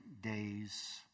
days